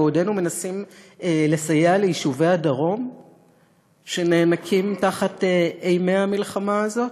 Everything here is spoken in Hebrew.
בעודנו מנסים לסייע ליישובי הדרום שנאנקים תחת אימי המלחמה הזאת,